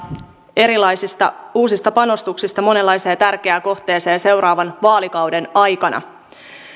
erilaisista uusista panostuksista monenlaiseen tärkeään kohteeseen seuraavan vaalikauden aikana myös